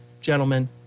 gentlemen